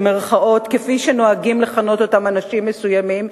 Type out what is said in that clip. כפי שנוהגים לכנות אותם אנשים מסוימים,